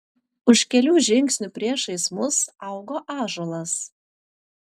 už kelių žingsnių priešais mus augo ąžuolas